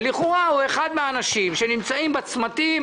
לכאורה הוא אחד מן האנשים שנמצאים בצמתים